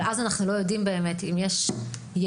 אבל אז אנחנו לא יודעים באמת אם יש ילד,